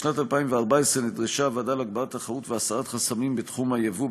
בשנת 2014 נדרשה הוועדה להגברת התחרות והסרת חסמים בתחום היבוא,